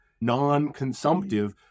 non-consumptive